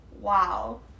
Wow